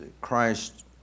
Christ